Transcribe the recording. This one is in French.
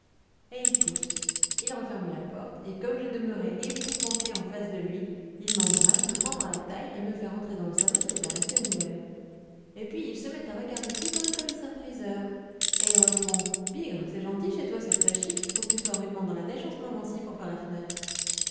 et il me pousse il referme la porte et comme je demeurais épouvantée en face de lui il m'embrasse me prend par la taille et me fait rentrer dans le salon qui était resté ouvert et puis il se met à regarder tout comme un commissaire-priseur et il reprend bigre c'est gentil chez toi c'est très chic faut que tu sois rudement dans la dèche en ce moment-ci pour faire la fenêtre